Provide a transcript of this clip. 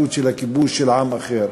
המציאות של הכיבוש של עם אחר,